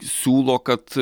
siūlo kad